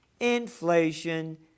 Inflation